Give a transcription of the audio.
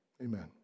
amen